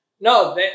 no